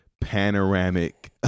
panoramic